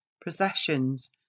processions